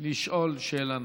לשאול שאלה נוספת.